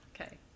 Okay